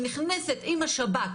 שנכנסת עם השב"כ